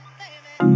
baby